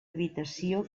habitació